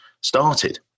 started